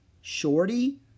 Shorty